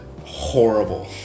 horrible